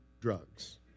drugs